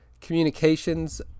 communications